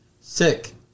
sick